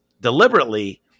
deliberately